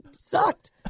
sucked